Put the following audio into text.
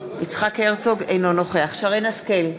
אינו נוכח שרן השכל,